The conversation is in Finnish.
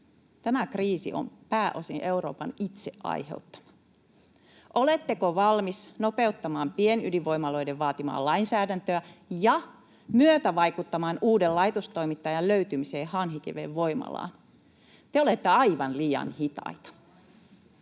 Tämä kriisi on pääosin Euroopan itse aiheuttama. Oletteko valmis nopeuttamaan pienydinvoimaloiden vaatimaa lainsäädäntöä ja myötävaikuttamaan uuden laitostoimittajan löytymiseen Hanhikiven voimalaan? Te olette aivan liian hitaita.